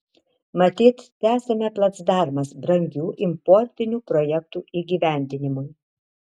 matyt tesame placdarmas brangių importinių projektų įgyvendinimui